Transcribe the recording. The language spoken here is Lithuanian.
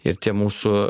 ir tie mūsų